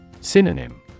Synonym